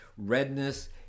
redness